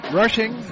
rushing